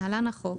(להלן - החוק),